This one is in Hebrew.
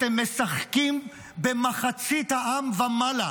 אתם משחקים במחצית העם ומעלה,